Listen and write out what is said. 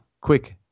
Quick